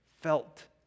felt